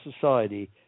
society